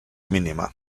mínima